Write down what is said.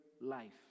life